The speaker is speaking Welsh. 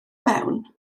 mewn